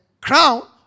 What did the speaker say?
crown